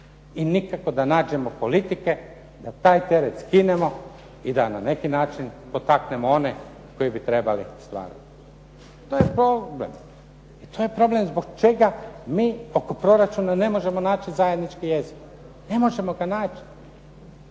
I nikako da nađemo politike da taj teret skinemo i da na neki način potaknemo one koji bi trebali stvarati. To je problem. To je problem zbog čega mi oko proračuna ne možemo naći zajednički jezik. Ne možemo ga naći